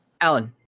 Alan